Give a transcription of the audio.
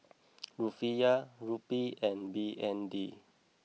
rufiyaa rupee and B N D